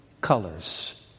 colors